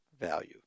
value